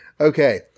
Okay